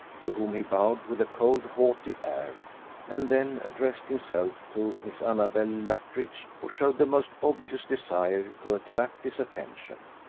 to whom he bowed with a cold, haughty air and then addressed himself to miss annabella luttridge, who showed the most obvious desire to attract his attention.